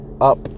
up